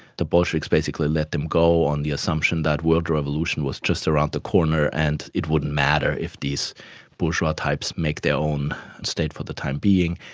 the bolsheviks basically let them go on the assumption that world revolution was just around the corner and it wouldn't matter if these bourgeois types make their own state for the time being.